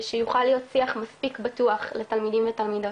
שיוכל להיות שיח מספיק בטוח לתלמידים ותלמידות.